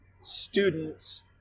students